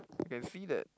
can see that